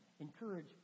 encourage